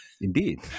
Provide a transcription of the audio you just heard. Indeed